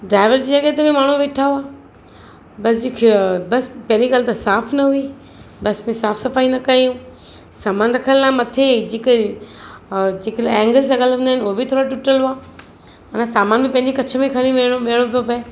driver जी जॻहि ते बि माण्हू वेठा हुआ बस जेकी जी खिअ बस पहिरीं ॻाल्हि त साफ़ु न हुई बस जी साफ़ु सफ़ाई न कयूं सामानु रखण लाइ मथे जेके अ जेके एंगल्स लॻल हूंदा आहिनि हो बी थोरा टुटल हुआ असां सामानु बी पंहिंजे कछ में खणी विहणो विहणो पियो पए